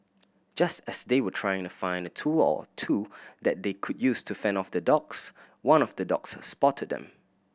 just as they were trying to find a tool or two that they could use to fend off the dogs one of the dogs spotted them